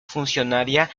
funcionaria